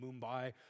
Mumbai